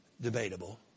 Debatable